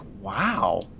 wow